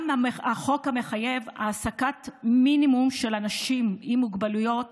גם החוק המחייב העסקת מינימום של אנשים עם מוגבלויות